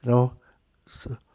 you know 是